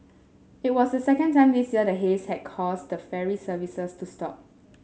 it was the second time this year the haze had caused ferry services to stop